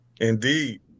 Indeed